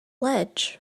ledge